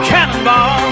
Cannonball